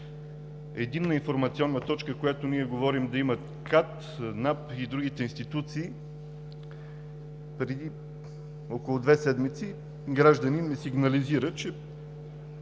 единна информационна точка, която ние говорим да имат КАТ, НАП и другите институции. Преди около две седмици гражданин ми сигнализира, че